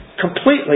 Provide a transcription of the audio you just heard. Completely